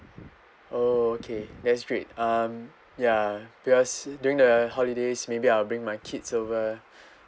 oh okay that's great um ya because during the holidays maybe I'll bring my kids over